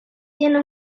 tiene